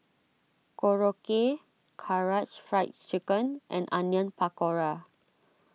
Korokke Karaage Fried Chicken and Onion Pakora